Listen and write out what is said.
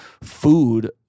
food